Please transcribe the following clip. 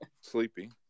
Sleepy